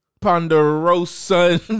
ponderosa